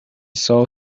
saw